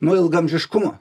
nuo ilgaamžiškumo